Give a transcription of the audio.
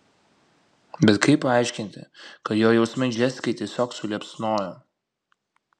bet kaip paaiškinti kad jo jausmai džesikai tiesiog suliepsnojo